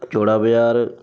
ਚੌੜਾ ਬਾਜ਼ਾਰ